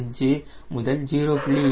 5 முதல் 0